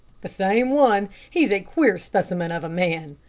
the same one. he's a queer specimen of a man.